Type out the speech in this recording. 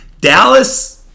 Dallas